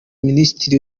minisitiri